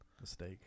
Mistake